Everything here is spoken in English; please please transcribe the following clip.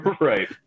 right